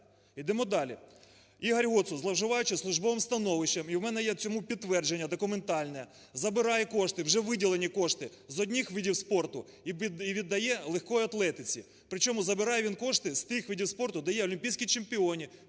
Ідемо далі. Ігор Гоцул, зловживаючи службовим становищем, і у мене є цьому підтвердження документальне, забирає кошти, вже виділені кошти з одних видів спорту і віддає легкій атлетиці. Причому, забирає він кошти з тих видів спорту, де є олімпійські чемпіони,